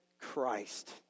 Christ